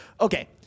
okay